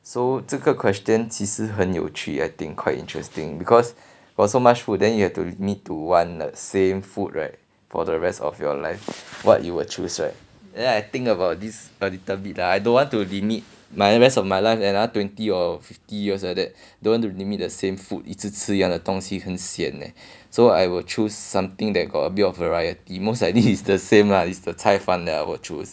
so 这个 question 其实很有趣 I think quite interesting because got so much food then you have to need to want the same food right for the rest of your life what you will choose right then I think about this a little bit lah I don't want to limit my rest of my life another twenty or fifty years like that don't want to limit the same food 一直吃一样的东西很 sian leh so I will choose something that got a bit of variety most likely is the same lah is the 菜饭 that I will choose